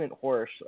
horse